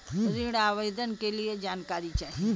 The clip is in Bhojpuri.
ऋण आवेदन के लिए जानकारी चाही?